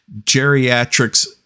geriatrics